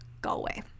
galway